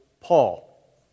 Paul